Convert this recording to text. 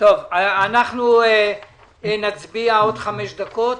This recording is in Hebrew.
אנחנו נצביע בעוד חמש דקות.